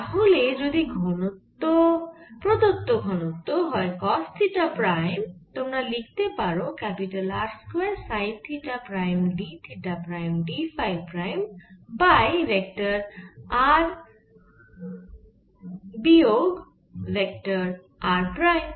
তাহলে যদি প্রদত্ত ঘনত্ব হয় কস থিটা প্রাইম তোমরা লিখতে পারো R square sine theta prime d theta prime d phi prime by vector r বিয়োগ ভেক্টর R প্রাইম